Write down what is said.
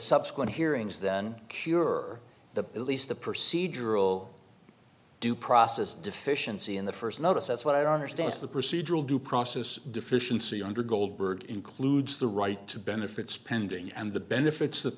subsequent hearings then cure the at least the procedural due process deficiency in the first notice that's what i don't understand the procedural due process deficiency under goldberg includes the right to benefits spending and the benefits that